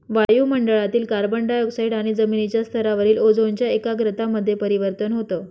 वायु मंडळातील carbon dioxide आणि जमिनीच्या स्तरावरील ओझोनच्या एकाग्रता मध्ये परिवर्तन होतं